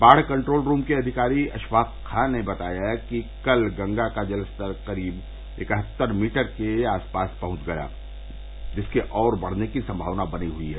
बाढ़ control room के अधिकारी अषफाक अहमद खां ने बताया कि कल गंगा का जलस्तर करीब इकहत्तर मीटर के आसपास पहुंच गया जिसके और बढ़ने की संभावना बनी हुई है